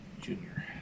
Junior